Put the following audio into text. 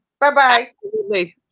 Bye-bye